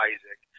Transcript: Isaac